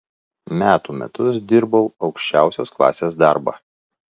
metų metus dirbau aukščiausios klasės darbą